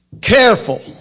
Careful